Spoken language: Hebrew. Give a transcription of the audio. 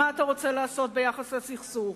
מה אתה רוצה לעשות ביחס לסכסוך?